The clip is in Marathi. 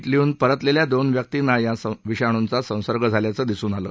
विलीहून परतलेल्या दोन व्यक्तींना या विषाणूंचा संसर्ग झाल्याचे दिसून आले